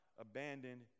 abandoned